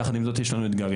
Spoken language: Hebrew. יחד עם זאת יש לנו אתגרים.